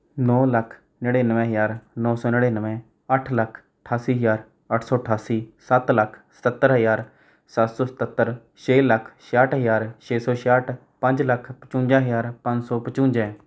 ਨੌਂ ਲੱਖ ਨੜਿਨਵੇਂ ਹਜ਼ਾਰ ਨੌਂ ਸੌ ਨੜਿਨਵੇਂ ਅੱਠ ਲੱਖ ਅਠਾਸੀ ਹਜ਼ਾਰ ਅੱਠ ਸੌ ਅਠਾਸੀ ਸੱਤ ਲੱਖ ਸਤੱਤਰ ਹਜ਼ਾਰ ਸੱਤ ਸੌ ਸਤੱਤਰ ਛੇ ਲੱਖ ਛਿਆਹਠ ਹਜ਼ਾਰ ਛੇ ਸੌ ਛਿਆਹਠ ਪੰਜ ਲੱਖ ਪਚਵੰਜਾ ਹਜ਼ਾਰ ਪੰਜ ਸੌ ਪਚਵੰਜਾ